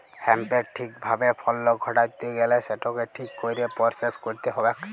হ্যাঁম্পের ঠিক ভাবে ফলল ঘটাত্যে গ্যালে সেটকে ঠিক কইরে পরসেস কইরতে হ্যবেক